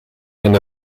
eine